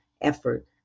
effort